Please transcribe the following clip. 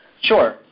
Sure